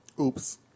Oops